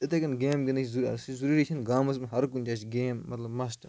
اِتھے کٔن گیم گِنٛدٕنۍ چھِ ضروٗری چھِنہٕ گامَس منٛز ہر کُنہِ جایہِ گیم مطلب مَشٹہٕ